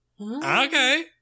okay